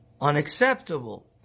unacceptable